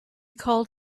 called